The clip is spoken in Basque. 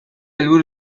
helburu